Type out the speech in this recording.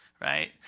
right